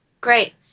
Great